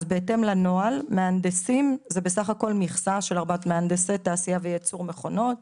אז בהתאם לנוהל זו בסך הכל מכסה של 400 מהנדסי תעשייה וייצור מכונות.